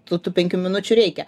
tų tų penkių minučių reikia